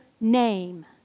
name